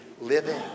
living